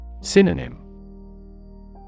Synonym